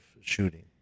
shooting